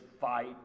fight